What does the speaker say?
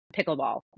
pickleball